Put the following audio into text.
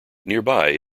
nearby